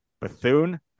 Bethune